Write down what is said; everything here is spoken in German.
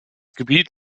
gebiet